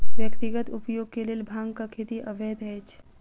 व्यक्तिगत उपयोग के लेल भांगक खेती अवैध अछि